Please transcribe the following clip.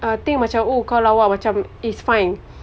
uh think macam oh kau lawa macam it's fine